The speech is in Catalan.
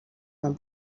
van